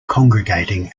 congregating